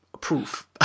proof